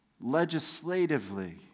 legislatively